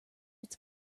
its